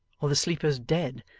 or the sleepers dead,